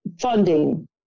funding